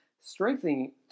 strengthening